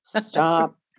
stop